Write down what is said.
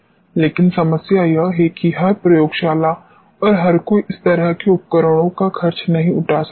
लेकिन समस्या यह है कि हर प्रयोगशाला और हर कोई इस तरह के उपकरणों का खर्च नहीं उठा सकता है